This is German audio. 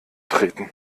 treten